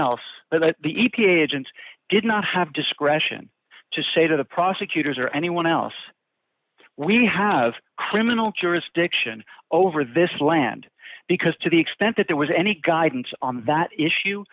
else but the e p a agents did not have discretion to say to the prosecutors or anyone else we have criminal jurisdiction over this land because to the extent that there was any guidance on that issue